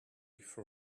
for